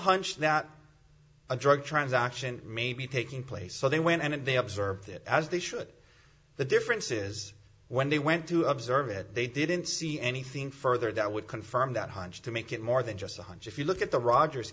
hunch that a drug transaction may be taking place so they went and they observed it as they should the difference is when they went to observe it they didn't see anything further that would confirm that hunch to make it more than just a hunch if you look at the rogers